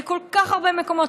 לכל כך הרבה מקומות,